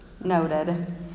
Noted